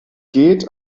geht